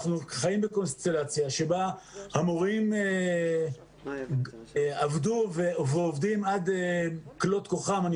אנחנו חיים בקונסטלציה בה המורים עבדו ועובדים עד כלות כוחם ואני